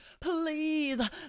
Please